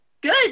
good